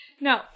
No